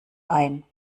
ein